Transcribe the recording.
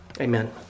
Amen